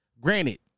granted